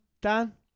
Dan